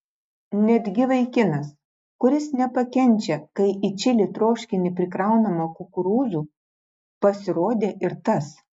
netgi vaikinas kuris nepakenčia kai į čili troškinį prikraunama kukurūzų pasirodė ir tas